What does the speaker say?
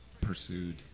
pursued